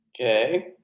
Okay